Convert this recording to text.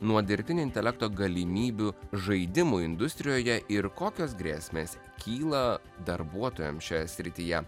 nuo dirbtinio intelekto galimybių žaidimų industrijoje ir kokios grėsmės kyla darbuotojams šioje srityje